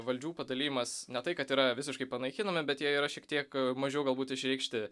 valdžių padalijimas ne tai kad yra visiškai panaikinami bet jie yra šiek tiek mažiau galbūt išreikšti